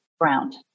ground